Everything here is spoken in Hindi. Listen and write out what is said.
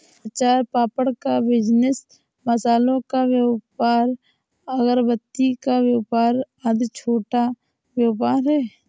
अचार पापड़ का बिजनेस, मसालों का व्यापार, अगरबत्ती का व्यापार आदि छोटा व्यापार है